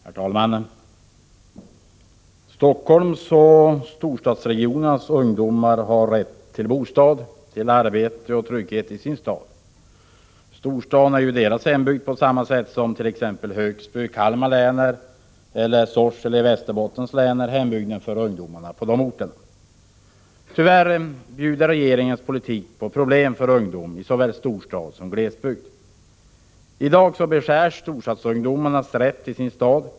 Herr talman! Helsingforss och storstadsregionernas ungdomar har rätt till bostad, arbete och trygghet i sin stad. Storstaden är deras hembygd på samma sätt som t.ex. Högsby i Kalmar län eller Sorsele i Västerbottens län är hembygden för ungdomarna där. Tyvärr bjuder regeringens politik på problem för ungdom i såväl storstad som glesbygd. I dag beskärs storstadsungdomarnas rätt till sin stad.